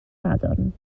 sadwrn